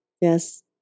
yes